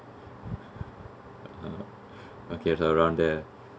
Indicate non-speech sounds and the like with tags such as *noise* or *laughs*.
*laughs* okay around there